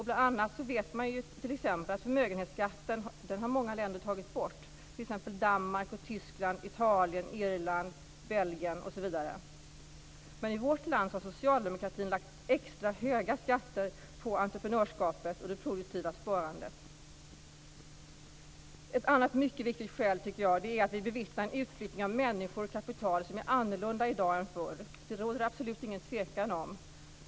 Bl.a. vet vi att förmögenhetsskatten har tagits bort i många länder, t.ex. Danmark, Tyskland, Italien, Irland, Belgien osv. Men i vårt land har socialdemokratin lagt extra höga skatter på entreprenörskapet och det produktiva sparandet. Ett annat mycket viktigt skäl är att vi bevittnar en utflyttning av människor och kapital som är annorlunda i dag än förr. Det råder det absolut ingen tvekan om.